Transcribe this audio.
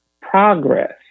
progress